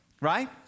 right